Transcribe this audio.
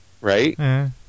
right